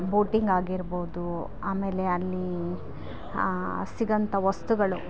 boating ಆಗಿರ್ಬೌದು ಆಮೇಲೆ ಅಲ್ಲಿ ಸಿಗೋಂಥ ವಸ್ತುಗಳು